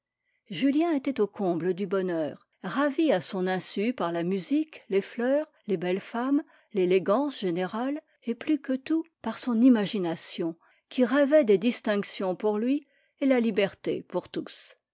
julien était au comble du bonheur ravi à son insu par la musique les fleurs les belles femmes l'élégance générale et plus que tout par son imagination qui rêvait des distinctions pour lui et la liberté pour tous